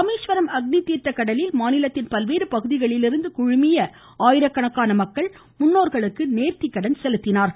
ராமேஸ்வரம் அக்னி தீர்த்த கடலில் மாநிலத்தின் பல்வேறு பகுதிகளிலிருந்து வந்த ஆயிரக்கணக்கான மக்கள் முன்னோர்களுக்கு நேர்த்திக்கடன் செலுத்தினர்